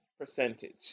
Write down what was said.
Percentage